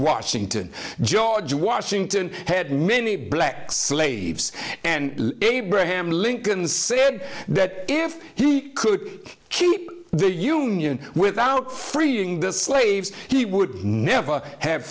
washington george washington had many black slaves and abraham lincoln said that if he could keep the union without freeing the slaves he would never have